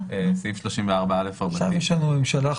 סעיף 34א. עכשיו יש לנו ממשלה חדשה.